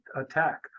attack